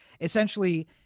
essentially